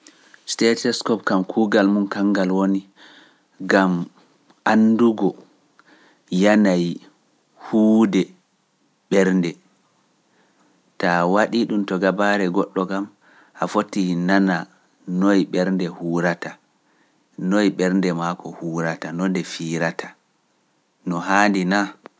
Stethoskope kuugal mum kanngal woni, ngam anndugo yanayi huwude ɓernde, ta a waɗii-ɗum to gabaare goɗɗo kam a fotii nanaa noye ɓernde huwrata, noye ɓernde maako huwrata no nde fiirata, no haandi na?